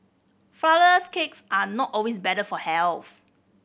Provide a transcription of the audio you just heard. flourless cakes are not always better for health